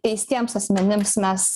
teistiems asmenims mes